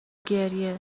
گریه